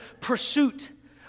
pursuit